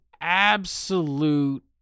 absolute